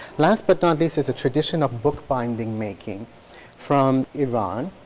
last but not least is a tradition of bookbinding making from iran,